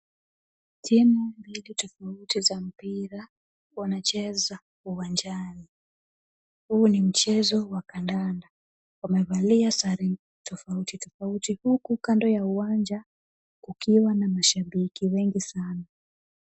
Timu mbili tofauti za mpira wanacheza uwanjani. Huu ni mchezo wa kandanda. Wamevalia sare tofauti tofauti, huku kando ya uwanja kukiwa na mashabiki wengi sana.